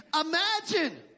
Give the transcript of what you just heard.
Imagine